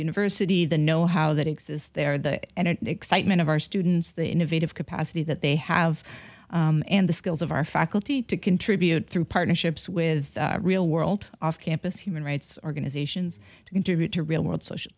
university the know how that exists there that and an excitement of our students the innovative capacity that they have and the skills of our faculty to contribute through partnerships with real world off campus human rights organizations to contribute to real world social